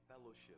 fellowship